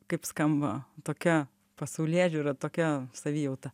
kaip skamba tokia pasaulėžiūra tokia savijauta